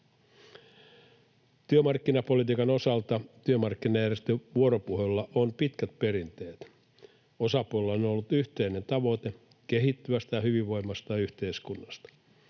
Työmarkkinapolitiikan osalta työmarkkinajärjestöjen vuoropuhelulla on pitkät perinteet. Osapuolilla on ollut yhteinen tavoite kehittyvästä, hyvinvoivasta yhteiskunnasta.